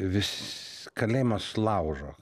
vis kalėjimas laužo